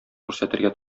күрсәтергә